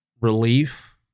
relief